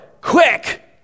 quick